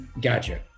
gotcha